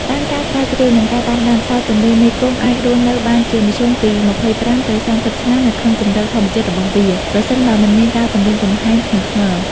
តាមការស្រាវជ្រាវ និងការតាមដាន ផ្សោតទន្លេមេគង្គអាចរស់នៅបានជាមធ្យមពី ២៥ ទៅ ៣០ ឆ្នាំ នៅក្នុងជម្រកធម្មជាតិរបស់វា ប្រសិនបើមិនមានការគំរាមកំហែងធ្ងន់ធ្ងរ។